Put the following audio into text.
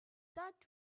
that